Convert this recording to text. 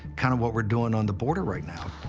kind of what we're doing on the border right now.